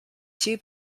two